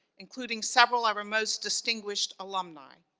including several of our most distinguished alumni,